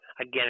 again